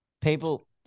People